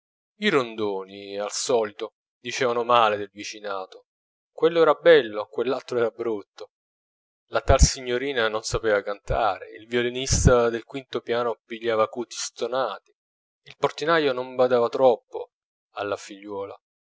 i rondoni al solito dicevano male del vicinato quello era bello quell'altro era brutto la tal signorina non sapeva cantare il violinista del quinto piano pigliava acuti stonati il portinaio non badava troppo alla figliuola